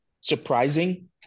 surprising